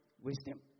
wisdom